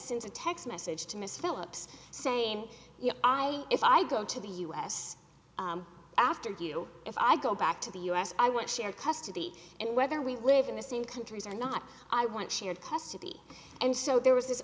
tennyson's a text message to miss phillips saying you know i if i go to the u s after you if i go back to the u s i want shared custody and whether we live in the same countries or not i want shared custody and so there was this